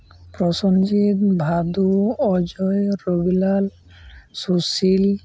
Prosenjit Bhadu Ajoy Rabilal Sushil